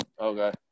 Okay